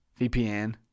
VPN